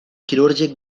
quirúrgic